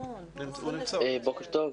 בוקר טוב.